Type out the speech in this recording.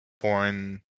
foreign